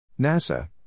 NASA